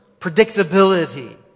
predictability